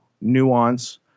nuance